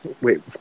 Wait